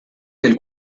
del